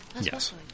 Yes